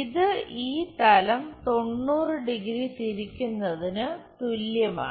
ഇത് ഈ തലം 90 ഡിഗ്രി 90 º തിരിക്കുന്നതിന് തുല്യമാണ്